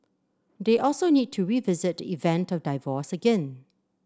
they also need to revisit the event of divorce again